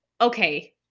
Okay